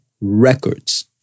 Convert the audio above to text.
records